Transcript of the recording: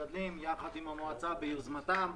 המגדלים יחד עם המועצה ביוזמתם,